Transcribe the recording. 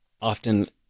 often